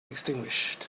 extinguished